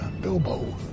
Bilbo